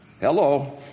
Hello